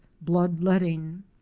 bloodletting